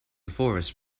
forest